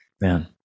man